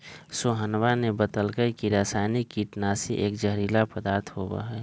सोहनवा ने बतल कई की रसायनिक कीटनाशी एक जहरीला पदार्थ होबा हई